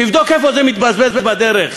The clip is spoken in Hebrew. תבדוק איפה זה מתבזבז בדרך,